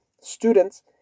students